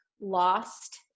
lost